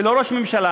ולא ראש ממשלה,